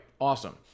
awesome